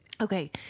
Okay